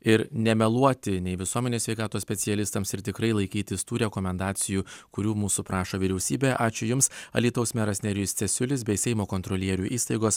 ir nemeluoti nei visuomenės sveikatos specialistams ir tikrai laikytis tų rekomendacijų kurių mūsų prašo vyriausybė ačiū jums alytaus meras nerijus cesiulis bei seimo kontrolierių įstaigos